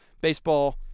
baseball